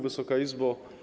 Wysoka Izbo!